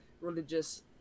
religious